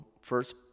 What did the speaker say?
first